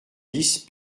dix